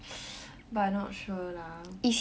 but I'm not sure lah